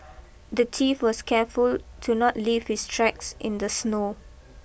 the thief was careful to not leave his tracks in the snow